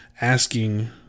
asking